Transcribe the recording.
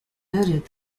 noted